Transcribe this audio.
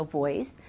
voice